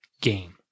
game